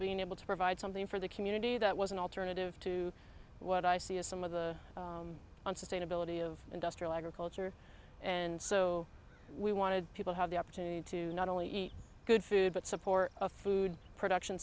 being able to provide something for the community that was an alternative to what i see as some of the unsustainability of industrial agriculture and so we wanted people have the opportunity to not only eat good food but support a food production